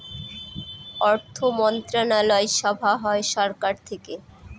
অর্থমন্ত্রণালয় সভা হয় সরকার থেকে